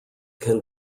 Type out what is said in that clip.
can